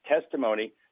testimony